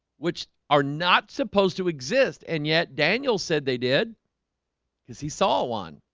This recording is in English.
which are not supposed to exist and yet daniel said they did because he saw one